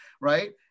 right